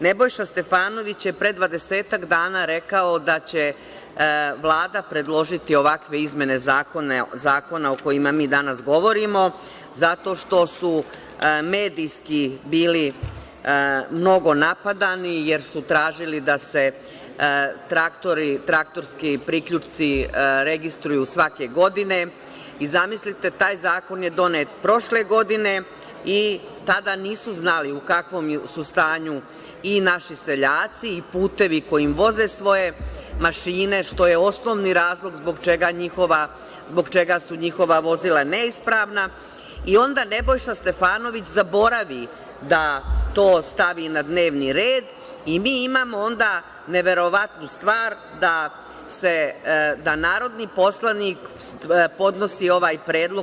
Nebojša Stefanović je pre dvadesetak dana rekao da će Vlada predložiti ovakve izmene zakona o kojima mi danas govorimo zato što su medijski bili mnogo napadani, jer su tražili da se traktori i traktorski priključci registruju svake godine i, zamislite, taj zakon je donet prošle godine i tada nisu znali u kakvom su stanju i naši seljaci i putevi kojima voze svoje mašine, što je osnovni razlog zbog čega su njihova vozila neispravna, onda Nebojša Stefanović zaboravi da to stavi na dnevni red i mi imamo onda neverovatnu stvar da narodni poslanik podnosi ovaj predlog.